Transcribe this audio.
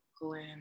Glenn